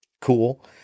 cool